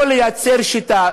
או לייצר שיטה,